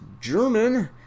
German